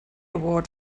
award